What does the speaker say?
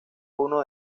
uno